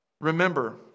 Remember